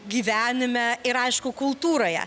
gyvenime ir aišku kultūroje